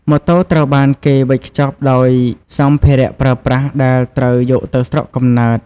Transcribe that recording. ម៉ូតូត្រូវបានគេវេចខ្ចប់ដោយាសម្ភារៈប្រើប្រាស់ដែលត្រូវយកទៅស្រុកកំណើត។